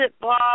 Bob